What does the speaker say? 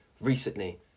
recently